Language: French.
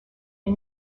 est